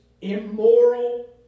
immoral